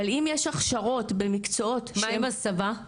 אבל אם יש אפשרות במקצועות -- מה עם הסבה?